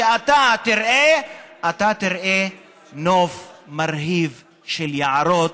אתה תראה נוף מרהיב של יערות,